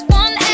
one